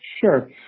Sure